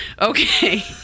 okay